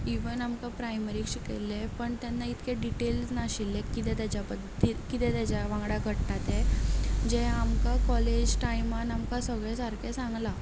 even आमकां प्रायमरीक शिकयल्लें पण तेन्ना इतकें डिटेल नाशिल्लें किदें ताज्या बद्दल किदें ताज्या वांगडा घडटा तें जें आमकां कॉलेज टायमान आमकां सगलें सारकें सांगलां